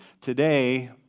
Today